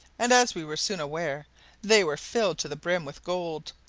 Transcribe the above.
and as we were soon aware they were filled to the brim with gold.